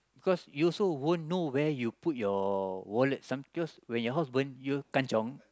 cause you also won't know where you put your wallet some because when your house burn you kanchiong